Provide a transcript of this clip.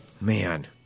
Man